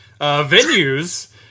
venues